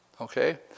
okay